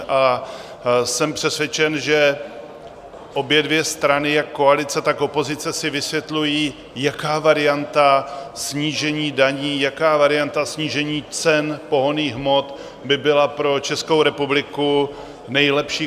A jsem přesvědčen, že obě dvě strany, jak koalice, tak opozice, si vysvětlují, jaká varianta snížení daní, jaká varianta snížení cen pohonných hmot by byla pro Českou republiku nejlepší.